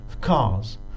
cars